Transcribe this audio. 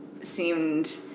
seemed